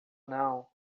não